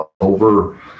over